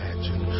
Imagine